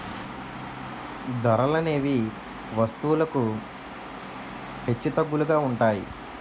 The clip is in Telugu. ధరలనేవి వస్తువులకు హెచ్చుతగ్గులుగా ఉంటాయి